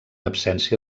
absència